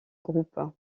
groupes